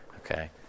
Okay